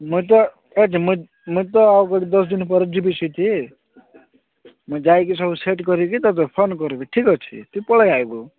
ମୁଇଁ ତ ମୁଇଁ ତ ଆଉ ଗୋଟେ ଦଶ ଦିନ ପରେ ଯିବି ସେଇଠି ମୁଇଁ ଯାଇକି ସବୁ ସେଟ୍ କରିକି ତୋତେ ଫୋନ୍ କରିବି ଠିକ୍ ଅଛି ତୁଇ ପଳାଇ ଆସିବୁ